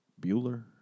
Bueller